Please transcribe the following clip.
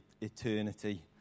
eternity